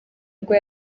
ubwo